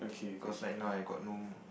cause like now I got no